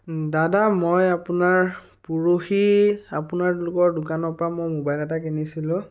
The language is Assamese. দাদা মই আপোনাৰ পৰহি আপোনালোকৰ দোকানৰ পৰা মই মোবাইল এটা কিনিছিলোঁ